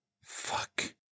Fuck